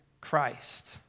Christ